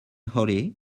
hollie